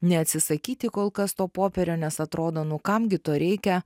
neatsisakyti kol kas to popierio nes atrodo nu kam gi to reikia